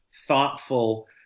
thoughtful